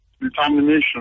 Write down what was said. Determination